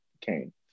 came